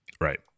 Right